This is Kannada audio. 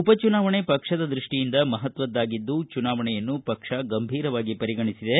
ಉಪಚುನಾವಣೆ ಪಕ್ಷದ ದೃಷ್ಟಿಯಿಂದ ಮಹತ್ವದ್ದಾಗಿದ್ದು ಚುನಾವಣೆಯನ್ನು ಪಕ್ಷ ಗಂಭೀರವಾಗಿ ಪರಿಗಣಿಸಿದೆ